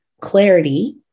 Clarity